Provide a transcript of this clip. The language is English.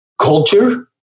culture